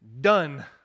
done